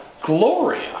Gloria